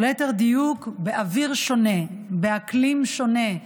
או ליתר דיוק, באוויר שונה, באקלים שונה,